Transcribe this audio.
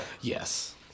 Yes